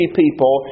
people